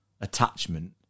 attachment